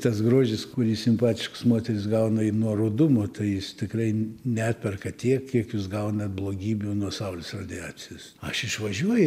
tas grožis kurį simpatiškos moterys gauna ir nuo rudumo tai jis tikrai neperka tiek kiek jūs gaunat blogybių nuo saulės radiacijos aš išvažiuoju